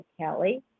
Kelly